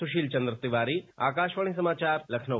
सुशील चन्द्र तिवारी आकाशवाणी समाचार लखनऊ